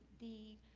the